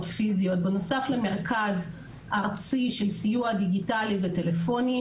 פיזיות בנוסף למרכז ארצי של סיוע דיגיטלי וטלפוני,